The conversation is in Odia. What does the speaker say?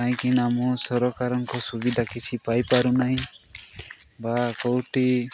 କାହିଁକିନା ମୁଁ ସରକାରଙ୍କ ସୁବିଧା କିଛି ପାଇପାରୁନାହିଁ ବା କେଉଁଠି